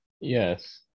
Yes